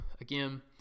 again